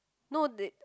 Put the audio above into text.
no they